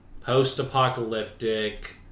post-apocalyptic